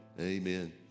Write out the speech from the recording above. amen